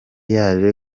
yaje